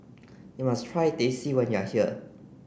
you must try Teh C when you are here